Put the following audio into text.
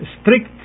strict